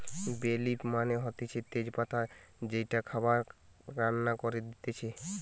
বে লিফ মানে হতিছে তেজ পাতা যেইটা খাবার রান্না করে দিতেছে